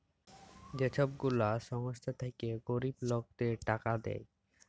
যে ছব গুলা সংস্থা থ্যাইকে গরিব লকদের টাকা দেয়